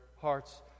hearts